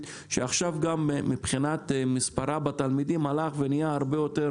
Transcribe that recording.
שעכשיו גם מבחינת מספרה בתלמידים עלה ונהיה הרבה יותר